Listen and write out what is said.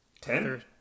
Ten